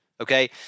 Okay